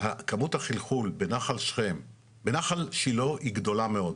כמות החלחול בנחל שילה היא גדולה מאוד,